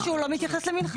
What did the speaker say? כי הוא לא מתייחס למנחת.